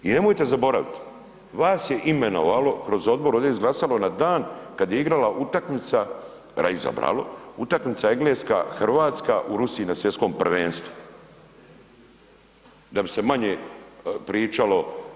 I nemojte zaboraviti vas je imenovalo kroz odbor ovdje izglasano na dan kad je igrala utakmica, reizabralo, utakmica Engleska-Hrvatska u Rusiji na svjetskom prvenstvu da bi se manje pričalo.